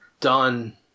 done